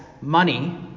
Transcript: money